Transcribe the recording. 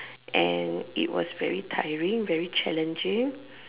and it was very tiring very challenging